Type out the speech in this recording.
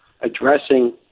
addressing